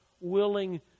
willing